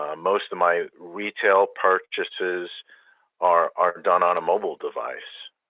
ah most of my retail purchases are are done on a mobile device.